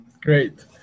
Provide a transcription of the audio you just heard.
Great